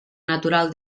natural